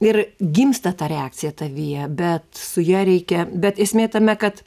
ir gimsta ta reakcija tavyje bet su ja reikia bet esmė tame kad